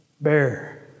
Bear